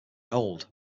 old